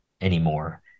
anymore